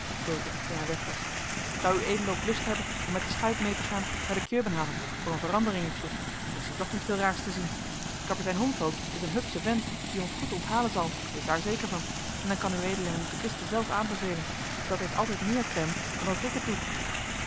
toen hij weg was zou ued ook lust nebben om met de schuit mee te gaan naar de kjöbenhavn voor een veranderingetje er is hier toch niet veel raars te zien kapitein holmfeld is een hupsche vent die ons goed onthalen zal wees daar zeker van en dan kan ued hem de kisten zelf aanbevelen dat heeft altijd meer klem dan dat ik het doe